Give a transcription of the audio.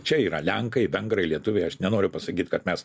čia yra lenkai vengrai lietuviai aš nenoriu pasakyt kad mes